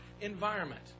environment